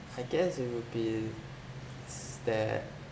I guess it would be s~ that